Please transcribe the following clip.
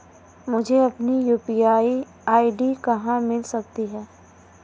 मुझे अपनी UPI ID कहां मिल सकती है?